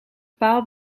paal